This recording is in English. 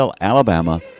Alabama